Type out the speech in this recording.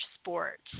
sports